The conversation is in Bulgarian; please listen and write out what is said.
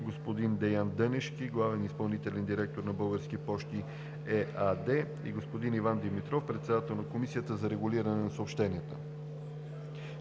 господин Деян Дънешки – главен изпълнителен директор на „Български пощи“ ЕАД, и господин Иван Димитров – председател на Комисията за регулиране на съобщенията.